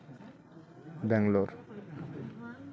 Bangalore